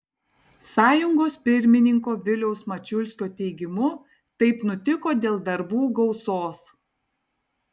sąjungos pirmininko viliaus mačiulskio teigimu taip nutiko dėl darbų gausos